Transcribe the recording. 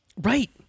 right